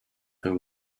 whom